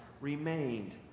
remained